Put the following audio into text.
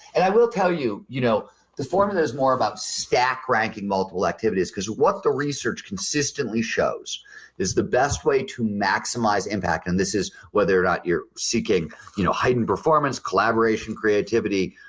and i will tell you, you know the formula is more about stack ranking multiple activities because what the research consistently shows is the best way to maximize impact and this is whether or not you're seeking you know heightened performance, collaboration, creativity,